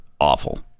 awful